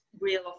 real